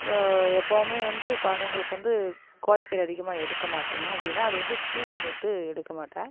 so எப்போவுமே வந்து கொழந்தைங்களுக்கு வந்து கோழிக்கறி அதிகமாக எடுக்க மாட்டேன் ஏன் அப்படின்னா அது வந்து சூடுன்னுட்டு எடுக்க மாட்டேன்